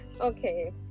Okay